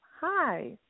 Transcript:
hi